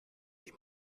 die